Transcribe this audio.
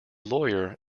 lawyer